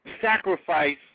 sacrifice